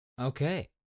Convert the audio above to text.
Okay